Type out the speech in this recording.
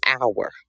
hour